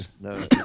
no